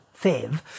FEV